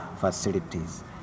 facilities